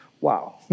Wow